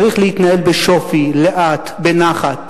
צריך להתנהל בשופי, לאט, בנחת.